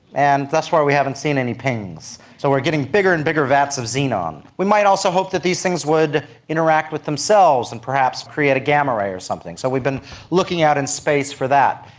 and thus far we haven't seen any pings. so we are getting bigger and bigger vats of xenon. we might also hope that these things would interact with themselves and perhaps create a gamma ray or something. so we've been looking out in space for that.